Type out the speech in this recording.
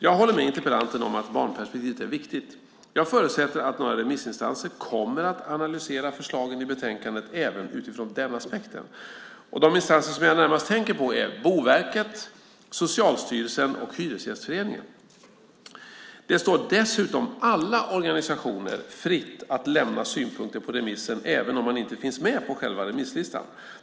Jag håller med interpellanten om att barnperspektivet är viktigt, och jag förutsätter att några remissinstanser kommer att analysera förslagen i betänkandet även utifrån den aspekten. De instanser jag närmast tänker på är Boverket, Socialstyrelsen och Hyresgästföreningen. Det står dessutom alla organisationer fritt att lämna synpunkter på remissen även om man inte finns med på själva remisslistan.